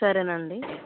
సరేనండి